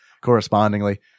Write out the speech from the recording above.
correspondingly